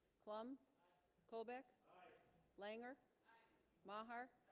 plumb colbeck langer maher